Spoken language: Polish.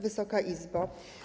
Wysoka Izbo!